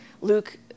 Luke